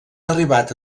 arribat